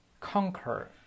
Conquer